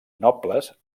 nobles